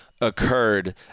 occurred